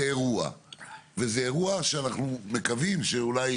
זה אירוע שאנחנו מקווים שאולי